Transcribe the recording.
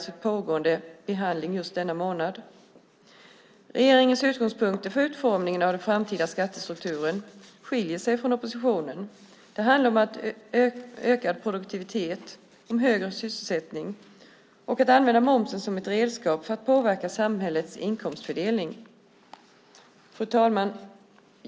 Regeringens utgångspunkter för utformningen av den framtida skattestrukturen, som skiljer sig från oppositionens, handlar om ökad produktivitet, högre sysselsättning och att använda momsen som ett redskap för att påverka samhällets inkomstfördelning. Fru talman!